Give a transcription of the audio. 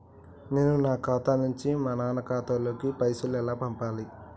నేను నా ఖాతా నుంచి మా నాన్న ఖాతా లోకి పైసలు ఎలా పంపాలి?